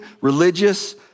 religious